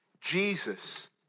Jesus